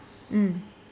mm